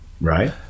right